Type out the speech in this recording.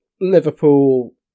liverpool